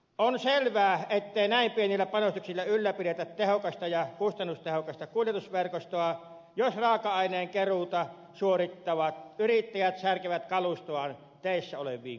on selvää ettei näin pienillä panostuksilla ylläpidetä tehokasta ja kustannustehokasta kuljetusverkostoa jos raaka aineen keruuta suorittavat yrittäjät särkevät kalustoaan teissä oleviin kuoppiin